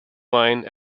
mine